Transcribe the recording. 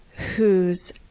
whose